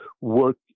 work